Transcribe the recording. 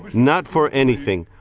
not for anything,